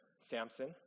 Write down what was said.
Samson